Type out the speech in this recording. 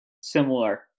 similar